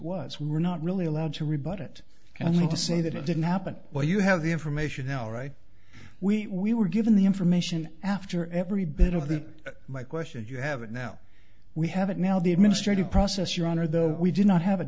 was we're not really allowed to rebut it and to say that it didn't happen while you have the information now right we were given the information after every bit of it my question is you have it now we have it now the administrative process your honor though we did not have